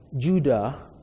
Judah